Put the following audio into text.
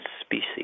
species